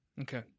Okay